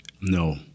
No